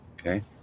Okay